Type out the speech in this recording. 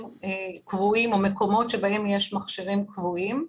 קבועים או מקומות שבהם יש מכשירים קבועים,